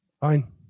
Fine